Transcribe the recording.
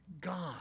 God